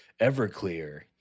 Everclear